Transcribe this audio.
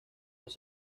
los